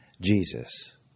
Jesus